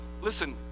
Listen